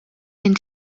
minn